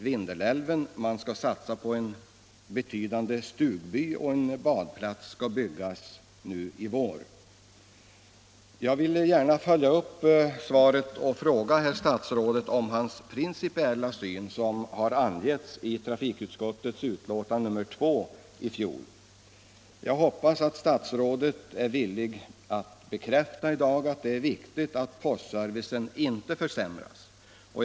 principiella syn, som har angetts i trafikutskottets betänkande 1974:2. Jag hoppas att statsrådet i likhet med vad som uttalas i detta betänkande vill bekräfta i dag att det är viktigt att postservicen inte försämras i glesbygder.